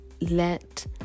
let